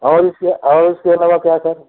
और इसके और इसके अलावा क्या क्या